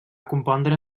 compondre